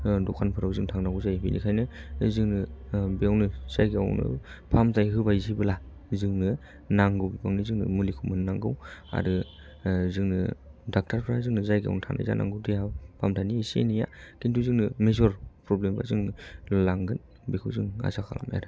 दखानफोराव जों थांनांगौ जायो बिनिखायनो जोंङो बेयावनो जायगायावनो फाहामथाय होबाय जेबोला जोंनो नांगौ बिबांनि आरो जोंनो मुलिखौ मोननांगौ आरो जोङो डाक्टार फ्रा जोंनो जायगायावनो थानाय जानांगौ देहा फाहामथायनि एसे एनैया खिन्थु जोंनो मेजर प्रब्लेम जों लांगोन बेखौ जों आसा खालामबाय आरो